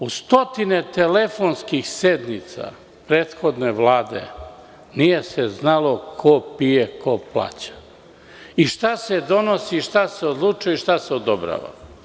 U stotine telefonskih sednica prethodne Vlade, nije se znalo ko pije, ko plaća i šta se donosi i šta se odlučuje i šta se odobrava.